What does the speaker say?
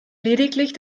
lediglich